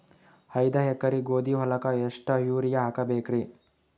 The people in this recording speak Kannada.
ಐದ ಎಕರಿ ಗೋಧಿ ಹೊಲಕ್ಕ ಎಷ್ಟ ಯೂರಿಯಹಾಕಬೆಕ್ರಿ?